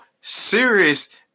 serious